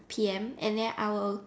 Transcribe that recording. P_M and then I will